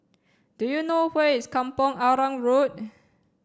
do you know where is Kampong Arang Road